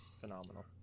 Phenomenal